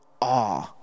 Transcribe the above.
awe